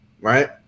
right